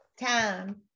Time